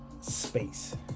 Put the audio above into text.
space